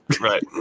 right